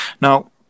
Now